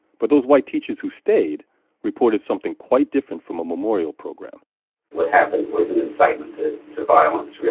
but those white teachers who stayed reported something quite different from a memorial program what happened was an incitement to violence,